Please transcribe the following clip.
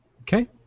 Okay